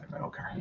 Okay